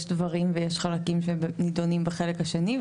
יש דברים ויש חלקים שנידונים בחלק השני.